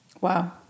wow